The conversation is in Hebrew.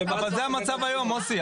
אבל זה המצב היום, מוסי.